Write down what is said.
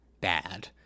bad